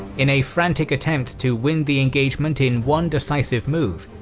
in a frantic attempt to win the engagement in one decisive move,